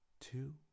two